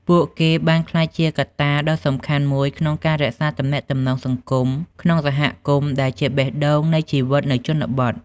ពួកគេបានក្លាយជាកត្តាដ៏សំខាន់មួយក្នុងការរក្សាទំនាក់ទំនងសង្គមក្នុងសហគមន៍ដែលជាបេះដូងនៃជីវិតនៅជនបទ។